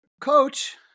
coach